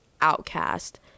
outcast